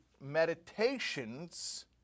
meditations